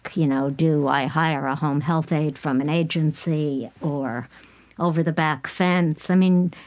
you know do i hire a home health aide from an agency or over the back fence? i mean,